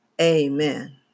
amen